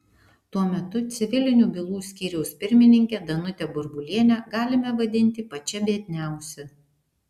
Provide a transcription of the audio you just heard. tuo metu civilinių bylų skyriaus pirmininkę danutę burbulienę galime vadinti pačia biedniausia